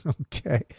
Okay